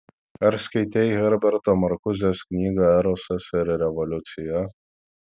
ar skaitei herberto markuzės knygą erosas ir revoliucija